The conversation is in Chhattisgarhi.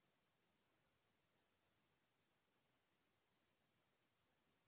के पईसा एक बार मा मैं निकाल सकथव चालू खाता ले?